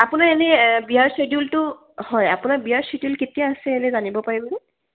আপোনাৰ এনেই বিয়াৰ চিডিউলটো হয় আপোনাৰ বিয়াৰ চিডিউল কেতিয়া আছে এনেই জানিব পাৰিমনে